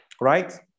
right